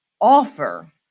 offer